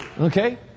Okay